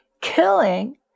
killing